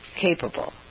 capable